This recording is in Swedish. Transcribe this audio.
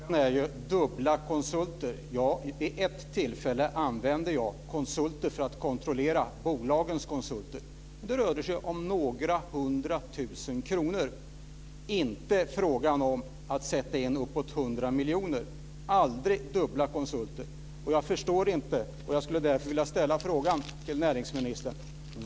Fru talman! Min fråga handlar om dubbla konsulter. Vid ett tillfälle använde jag konsulter för att kontrollera bolagens konsulter. Det rörde sig om några hundratusen kronor. Det var inte fråga om att sätta in uppåt 100 miljoner. Det var aldrig fråga om dubbla konsulter.